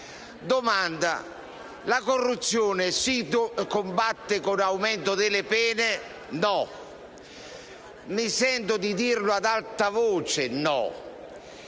Domanda: la corruzione si combatte con l'aumento delle pene? Mi sento di dire no ad alta voce.